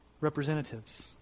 representatives